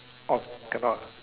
orh cannot